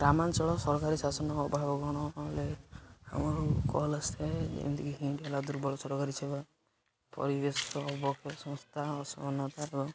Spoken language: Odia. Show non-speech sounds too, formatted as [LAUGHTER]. ଗ୍ରାମାଞ୍ଚଳ ସରକାରୀ ଶାସନ ଅଭାବ [UNINTELLIGIBLE] ଆମର କଲ୍ ଆସିଥାଏ ଯେମିତିକି ହି ହେଲା ଦୁର୍ବଳ ସରକାରୀ ସେବା ପରିବେଶ ଅବକ୍ଷୟ ସଂସ୍ଥା ଅସମାନତାର